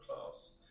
class